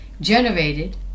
generated